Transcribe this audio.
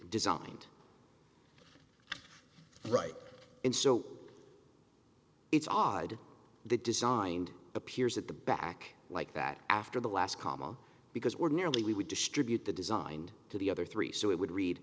designed right and so it's odd that designed appears at the back like that after the last comma because ordinarily we would distribute the designed to the other three so it would read